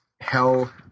hell